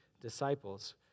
disciples